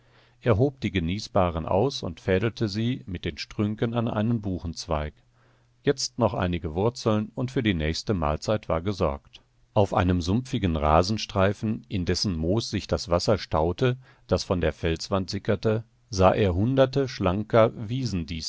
er hob die genießbaren aus und fädelte sie mit den strünken an einen buchenzweig jetzt noch einige wurzeln und für die nächste mahlzeit war gesorgt auf einem sumpfigen rasenstreifen in dessen moos sich das wasser staute das von der felswand sickerte sah er hunderte schlanker wiesendisteln